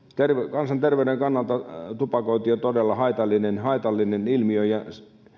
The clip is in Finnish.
kansanterveyden kannalta tupakointi on todella haitallinen haitallinen ilmiö ja